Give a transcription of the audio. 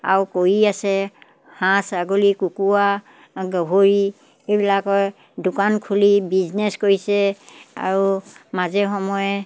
আৰু কৰি আছে হাঁহ ছাগলী কুকুৰা গাহৰি এইবিলাকৰ দোকান খুলি বিজনেছ কৰিছে আৰু মাজে সময়ে